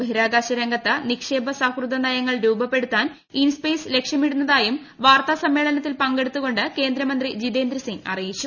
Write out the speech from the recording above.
ബഹിരാകാശ രംഗത്ത് നിക്ഷേപ സൌഹൃദ നയങ്ങൾ രൂപപ്പെടുത്താൻ ഇൻ സ്പെയ്സ് ലക്ഷ്യമിടുന്നതായും വാർത്താസമ്മേളനത്തിൽ പങ്കെടുത്തുകൊണ്ട് കേന്ദ്രമന്ത്രി ജിതേന്ദ്രസിംഗ് അറിയിച്ചു